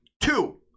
two